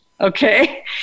okay